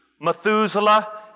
Methuselah